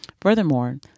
Furthermore